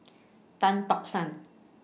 Tan Tock San